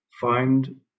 find